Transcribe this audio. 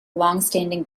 longstanding